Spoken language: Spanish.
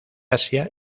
asia